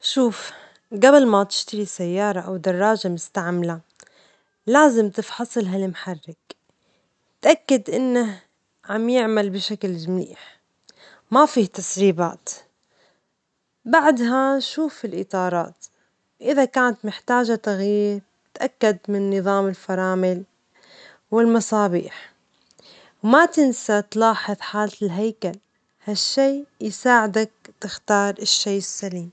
شوف، جبل ما تشتري سيارة أو دراجة مستعملة، لازم تفحص لها المحرك، تأكد إنه عم يعمل بشكل منيح وما فيه تسريبات، بعدها شوف الإطارات إذا كانت محتاجة تغيير، تأكد من نظام الفرامل والمصابيح، وما تنسى تلاحظ حالة الهيكل، هالشي يساعدك تختار الشيء السليم.